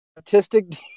Autistic